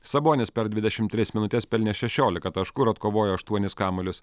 sabonis per dvidešim tris minutes pelnė šešiolika taškų ir atkovojo aštuonis kamuolius